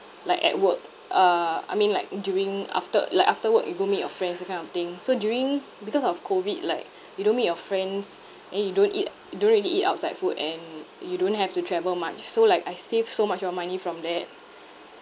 like at work uh I mean like during after like after work you go meet your friends that kind of thing so during because of COVID like you don't meet your friends then you don't eat you don't really eat outside food and you don't have to travel much so like I save so much of money from there